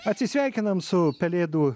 atsisveikinam su pelėdų